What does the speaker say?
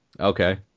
Okay